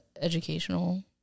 educational